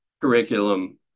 curriculum